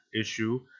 issue